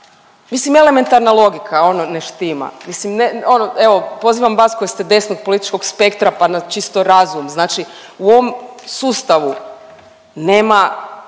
Mislim elementarna logika ono ne štima, mislim ne, ono, evo pozivam vas koji ste desnog političkog spektra, pa na čisto razum, znači u ovom sustavu nema